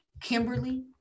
Kimberly